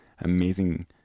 amazing